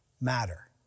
matter